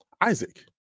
Isaac